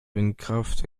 windkraft